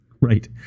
Right